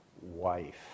wife